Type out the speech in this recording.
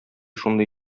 шундый